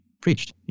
preached